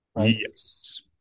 Yes